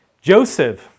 Joseph